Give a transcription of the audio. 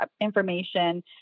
information